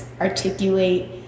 articulate